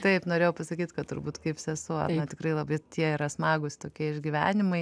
taip norėjau pasakyt kad turbūt kaip sesuo tikrai labai tie yra smagūs tokie išgyvenimai